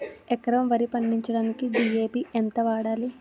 ఎకరం వరి పండించటానికి డి.ఎ.పి ఎంత వాడాలి?